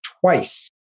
twice